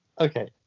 okay